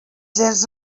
gens